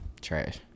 Trash